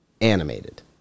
animated